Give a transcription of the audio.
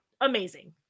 amazing